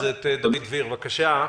דוד דביר, בבקשה.